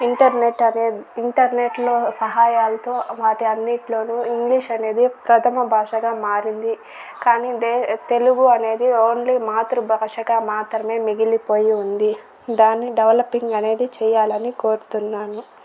internet అనేది internet లో సహాయాలతో వాటి అన్నిట్లోను ఇంగ్లీష్ అనేది ప్రథమ భాషగా మారింది కానీ దే తెలుగు అనేది ఓన్లీ మాతృభాషగా మాత్రమే మిగిలిపోయి ఉంది దాన్ని డెవలపింగ్ అనేది చేయాలని కోరుతున్నాను